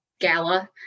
gala